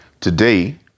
today